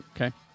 Okay